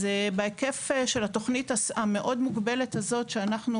בהיקף התוכנית המוגבלת מאוד הזאת שאנחנו